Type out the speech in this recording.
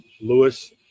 Lewis